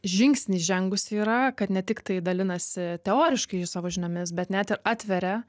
žingsnį žengusi yra kad ne tiktai dalinasi teoriškai ji savo žiniomis bet net ir atveria